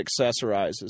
accessorizes